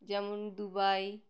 যেমন দুবাই